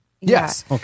Yes